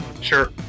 Sure